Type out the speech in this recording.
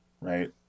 right